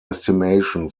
estimation